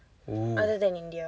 oo